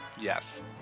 Yes